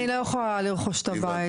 אני לא יכולה לרכוש את הבית.